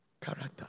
Character